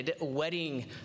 wedding